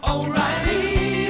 O'Reilly